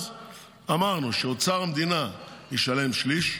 אז אמרנו שאוצר המדינה ישלם שליש,